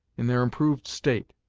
in their improved state.